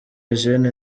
eugène